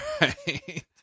Right